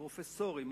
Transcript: פרופסורים,